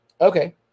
Okay